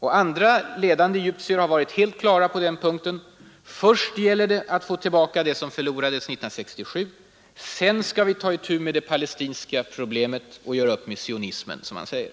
Andra ledande egyptier har varit helt klara på den punkten: först gäller det att få tillbaka det som förlorades 1967, sedan skall vi ta itu med ”det palestinska problemet” och göra upp med sionismen, som man säger.